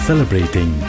Celebrating